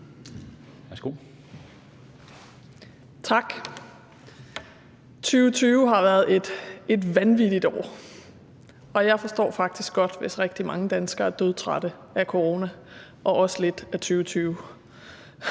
Tak. 2020 har været et vanvittigt år, og jeg forstår faktisk godt, hvis rigtig mange danskere er dødtrætte af corona og også lidt af 2020.